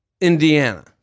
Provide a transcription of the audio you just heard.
Indiana